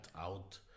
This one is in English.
out